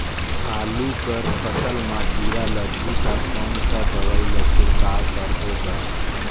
आलू कर फसल मा कीरा लगही ता कौन सा दवाई ला छिड़काव करबो गा?